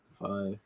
five